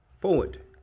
forward